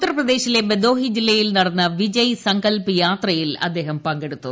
ഉത്തർപ്രദേശിലെ ബദോഹി ജില്ലയിൽ നടന്ന വിജയ് സങ്കൽപ്പ് യാത്രയിൽ അദ്ദേഹം പങ്കെടുത്തു